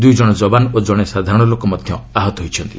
ଦୂଇ ଜଣ ଯବାନ ଓ ଜଣେ ସାଧାରଣ ଲୋକ ମଧ୍ୟ ଆହତ ହୋଇଛନ୍ତି